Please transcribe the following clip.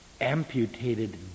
amputated